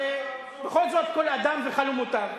בכל זאת, כל אדם וחלומותיו.